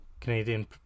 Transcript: Canadian